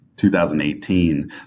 2018